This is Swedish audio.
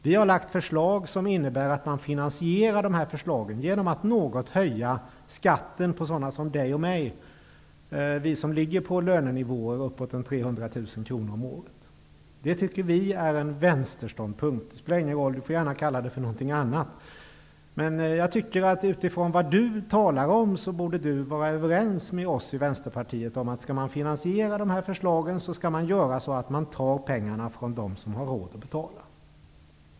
Vi har lagt förslag som innebär att man finansierar de här förslagen genom att något höja skatten för sådana som John Bouvin och mig, dvs. vi som ligger på lönenivåer på ca 300 000 kronor om året. Det tycker vi är en vänsterståndpunkt, men det spelar ingen roll om John Bouvin vill kalla det något annat. Utifrån vad John Bouvin talar om borde han vara överens med oss i Vänsterpartiet om att om man skall finansiera de här förslagen skall man göra det genom att ta pengar från dem som har råd att betala.